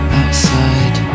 outside